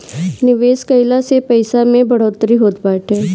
निवेश कइला से पईसा में बढ़ोतरी होत बाटे